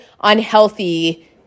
unhealthy